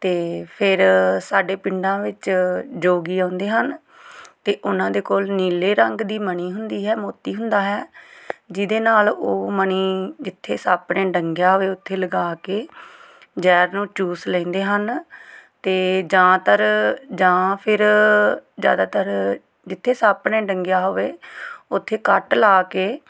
ਅਤੇ ਫਿਰ ਸਾਡੇ ਪਿੰਡਾਂ ਵਿੱਚ ਜੋਗੀ ਆਉਂਦੇ ਹਨ ਅਤੇ ਉਹਨਾਂ ਦੇ ਕੋਲ ਨੀਲੇ ਰੰਗ ਦੀ ਮਣੀ ਹੁੰਦੀ ਹੈ ਮੋਤੀ ਹੁੰਦਾ ਹੈ ਜਿਹਦੇ ਨਾਲ ਉਹ ਮਣੀ ਜਿੱਥੇ ਸੱਪ ਨੇ ਡੰਗਿਆ ਹੋਵੇ ਉੱਥੇ ਲਗਾ ਕੇ ਜ਼ਹਿਰ ਨੂੰ ਚੂਸ ਲੈਂਦੇ ਹਨ ਅਤੇ ਜ਼ਿਆਦਾਤਰ ਜਾਂ ਫਿਰ ਜ਼ਿਆਦਾਤਰ ਜਿੱਥੇ ਸੱਪ ਨੇ ਡੰਗਿਆ ਹੋਵੇ ਉਥੇ ਕੱਟ ਲਾ ਕੇ